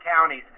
counties